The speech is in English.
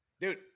dude